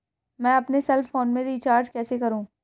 मैं अपने cell phone में रिचार्ज कैसे करूँ?